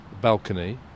Balcony